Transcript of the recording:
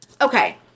Okay